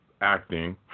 acting